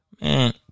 Man